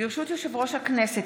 ברשות יושב-ראש הכנסת,